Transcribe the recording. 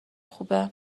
خوبه